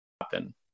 happen